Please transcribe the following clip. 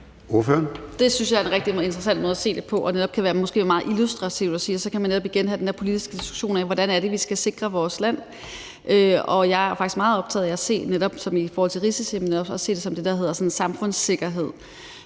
Det synes jeg er en rigtig interessant måde at se det på. Det kan måske netop være meget illustrativt, og så kan man igen have den der politiske diskussion af, hvordan vi skal sikre vores land. Jeg er faktisk meget optaget af at se på risici, men også at se det som det, der hedder samfundssikkerhed.